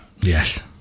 Yes